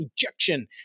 ejection